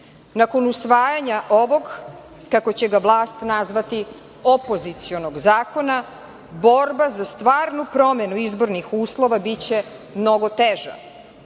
Nakon usvajanja ovog kako će ga vlast nazvati opozicionog zakona, borba za stvarnu promenu izbornih uslova biće mnogo teža.